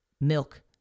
milk